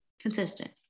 consistent